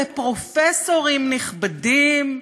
ופרופסורים נכבדים,